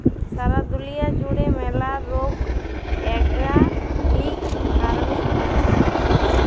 সারা দুলিয়া জুড়ে ম্যালা রোক অর্গ্যালিক ফার্মিং হচ্যে